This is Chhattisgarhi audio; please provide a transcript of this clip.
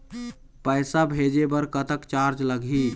पैसा भेजे बर कतक चार्ज लगही?